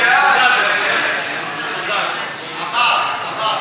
חוק תרומת ביציות (תיקון, תרומת